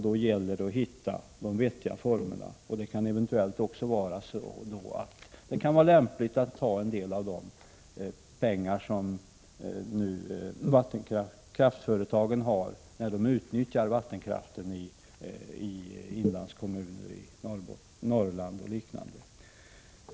Det gäller då att finna vettiga former för detta, och det kan därvid eventuellt vara lämpligt att använda en del av de medel som kraftföretagen får när de utnyttjar vattenkraften i bl.a. inlandskommunerna i Norrland.